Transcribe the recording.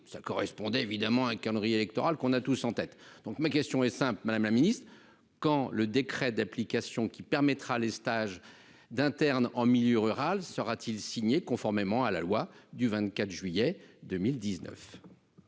ça correspondait évidemment un calendrier électoral qu'on a tous en tête, donc ma question est simple Madame la Ministre quand le décret d'application qui permettra les stages d'internes en milieu rural, sera-t-il signé conformément à la loi du 24 juillet 2019.